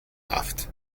laughed